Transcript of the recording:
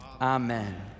Amen